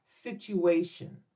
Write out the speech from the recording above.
Situation